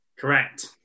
Correct